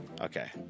Okay